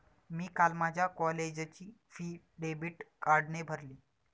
मी काल माझ्या कॉलेजची फी डेबिट कार्डने भरली